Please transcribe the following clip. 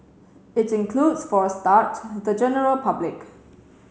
it includes for a start the general public